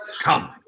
Come